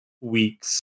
weeks